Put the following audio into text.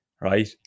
right